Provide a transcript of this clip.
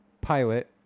pilot